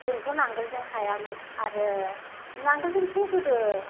जोंथ' नांगोलजों हायामोन आरो नांगोलजोंथ' गोदो